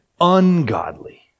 ungodly